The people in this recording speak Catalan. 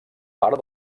part